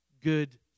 Good